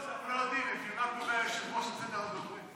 חברת הכנסת ע'דיר כמאל מריח תפתח היום את הנאומים.